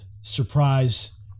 surprise